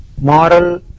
moral